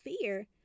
fear